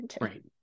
Right